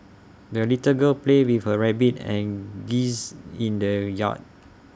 the little girl played with her rabbit and geese in the yard